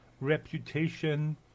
reputation